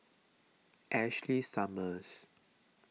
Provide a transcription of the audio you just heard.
Ashley Summers